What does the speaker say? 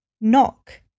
Knock